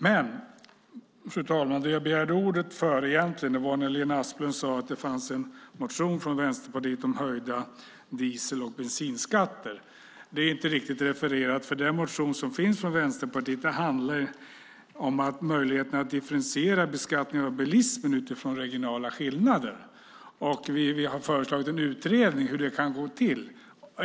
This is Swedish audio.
Fru talman! Det jag egentligen begärde ordet för var att Lena Asplund sade att det fanns en motion från Vänsterpartiet om höjda diesel och bensinskatter. Det är inte korrekt refererat. Den motion från Vänsterpartiet som finns handlar om att differentiera beskattningen av bilismen utifrån regionala skillnader. Vi har föreslagit en utredning av hur det skulle kunna gå till.